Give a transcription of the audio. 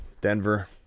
Denver